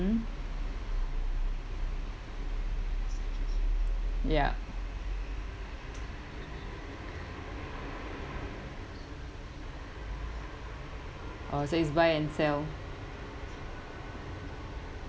hmm ya oh so it's buy and sell